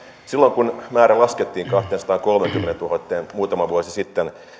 silloin kun määrä laskettiin kahteensataankolmeenkymmeneentuhanteen muutama vuosi sitten